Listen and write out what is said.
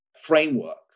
framework